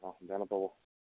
অঁ বেয়া নাপাব